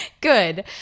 Good